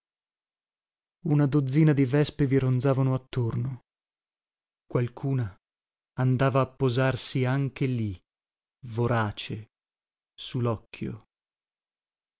una dozzina di vespe vi ronzavano attorno qualcuna andava a posarsi anche lì vorace